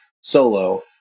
solo